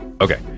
okay